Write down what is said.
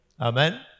Amen